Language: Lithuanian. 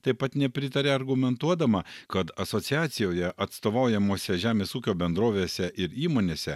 taip pat nepritaria argumentuodama kad asociacijoje atstovaujamose žemės ūkio bendrovėse ir įmonėse